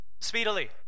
Speedily